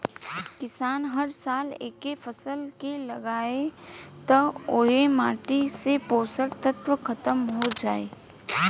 किसान हर साल एके फसल के लगायी त ओह माटी से पोषक तत्व ख़तम हो जाई